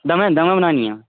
दमें दमें बनानियां